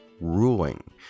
Ruling